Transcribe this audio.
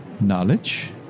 knowledge